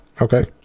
okay